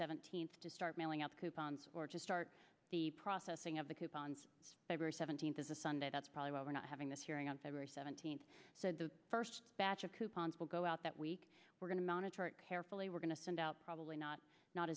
seventeenth to start mailing out coupons or to start the processing of the coupons seventeenth is a sunday that's probably why we're not having this hearing on february seventeenth so the first batch of coupons will go out that week we're going to monitor it carefully we're going to send out probably not not